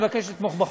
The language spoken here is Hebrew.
אני מבקש לתמוך בחוק.